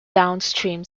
downstream